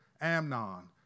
Amnon